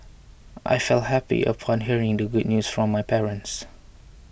I felt happy upon hearing the good news from my parents